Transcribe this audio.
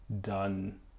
done